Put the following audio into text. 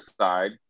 side